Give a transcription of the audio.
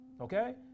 Okay